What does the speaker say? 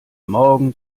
morgen